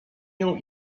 nią